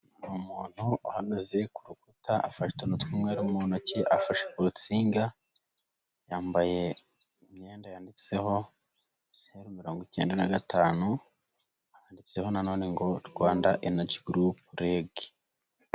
Umuntu uhagaze ku rukuta afashe utuntu tw'umweru mu ntoki, afashe ku rutsinga, yambaye imyenda yanditseho zeru mirongo icyenda na gatanu, handitseho nanone ngo Rwanda Energy Group REG.